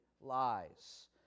lies